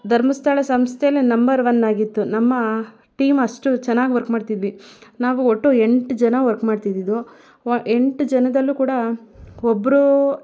ಧರ್ಮಸ್ಥಳ ಸಂಸ್ಥೆಲೆ ನಂಬರ್ ಒನ್ನಾಗಿತ್ತು ನಮ್ಮ ಟೀಮ್ ಅಷ್ಟು ಚೆನ್ನಾಗಿ ವರ್ಕ್ ಮಾಡ್ತಿದ್ವಿ ನಾವು ಒಟ್ಟು ಎಂಟು ಜನ ವರ್ಕ್ ಮಾಡ್ತಿದ್ದಿದ್ದು ವ ಎಂಟು ಜನದಲ್ಲೂ ಕೂಡ ಒಬ್ಬರು